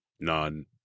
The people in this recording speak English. None